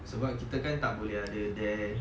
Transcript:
sebab kita kan tak boleh ada there